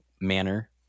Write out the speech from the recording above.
manner